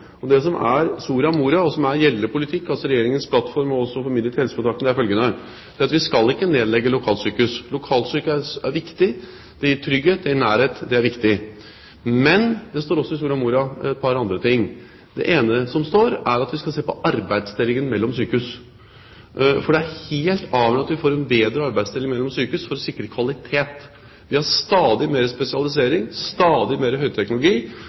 det er det ingen som er i tvil om. Det som er nedfelt i Soria Moria-erklæringen, som er gjeldende politikk og Regjeringens plattform, og som er formidlet til helseforetakene, er følgende: Vi skal ikke nedlegge lokalsykehus. Lokalsykehus er viktig. Det gir trygghet, det gir nærhet, og det er viktig. Men det står også i Soria Moria-erklæringen et par andre ting. Det ene som står, er at vi skal se på arbeidsdelingen mellom sykehus. For det er helt avgjørende at vi får en bedre arbeidsdeling mellom sykehus for å sikre kvalitet. Vi har stadig mer spesialisering, stadig mer høyteknologi,